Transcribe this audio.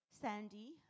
sandy